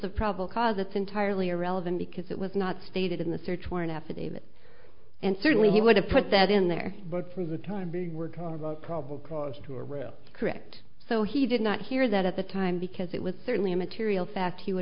of probable cause it's entirely irrelevant because it was not stated in the search warrant affidavit and certainly he would have put that in there but for the time being we're talking about probable cause to arrest correct so he did not hear that at the time because it was certainly a material fact he would